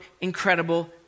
incredible